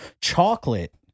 chocolate